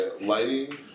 lighting